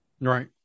Right